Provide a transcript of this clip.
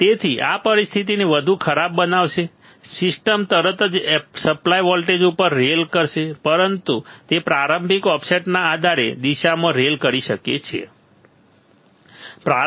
તેથી આ પરિસ્થિતિને વધુ ખરાબ બનાવશે સિસ્ટમ તરત જ સપ્લાય વોલ્ટેજ ઉપર રેલ કરશે તે પ્રારંભિક ઓફસેટના આધારે દિશામાં રેલ કરી શકે છે બરાબર